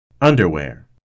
underwear